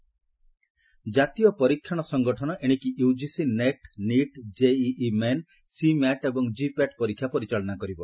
NTA Javadekar ଜାତୀୟ ପରୀକ୍ଷଣ ସଙ୍ଗଠନ ଏଣିକି UGC NET NEET JEE Main CMAT ଏବଂ ଜି ପ୍ୟାଟ୍ ପରୀକ୍ଷା ପରିଚାଳନା କରିବ